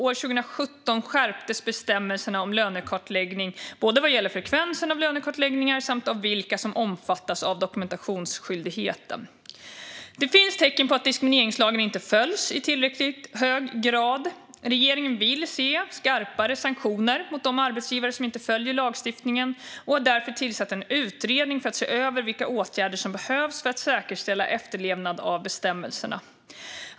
År 2017 skärptes bestämmelserna om lönekartläggning både vad gäller frekvensen av lönekartläggningar och av vilka som omfattas av dokumentationsskyldigheten. Det finns tecken på att diskrimineringslagen inte följs i tillräckligt hög grad. Regeringen vill se skarpare sanktioner mot de arbetsgivare som inte följer lagstiftningen och har därför tillsatt en utredning för att se över vilka åtgärder som behövs för att säkerställa efterlevnad av bestämmelserna.